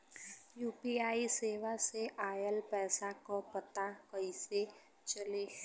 UPI सेवा से ऑयल पैसा क पता कइसे चली?